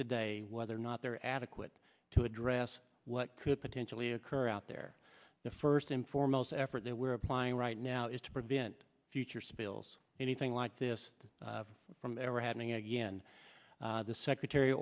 today whether or not they're adequate to address what could potentially occur out there the first and foremost effort that we're applying right now is to prevent future spills anything like this from ever happening again the secretary